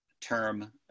term